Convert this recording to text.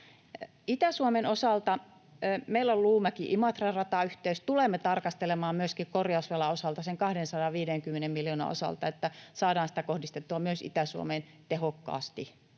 Itä-Suomen osalta meillä on Luumäki—Imatra-ratayhteys. Tulemme tarkastelemaan myöskin korjausvelan osalta, sen 250 miljoonan osalta, että saadaan sitä kohdistettua myös Itä-Suomeen tehokkaasti.